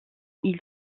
ils